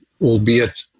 albeit